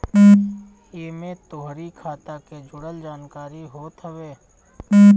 एमे तोहरी खाता के जुड़ल जानकारी होत हवे